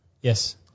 Yes